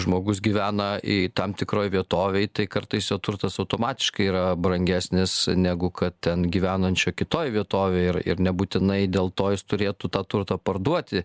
žmogus gyvena į tam tikroj vietovėj tai kartais jo turtas automatiškai yra brangesnis negu kad ten gyvenančio kitoj vietovėj ir ir nebūtinai dėl to jis turėtų tą turtą parduoti